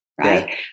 Right